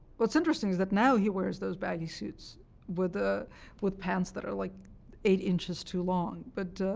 what's interesting is that now he wears those baggy suits with ah with pants that are like eight inches too long, but